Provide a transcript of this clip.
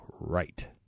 right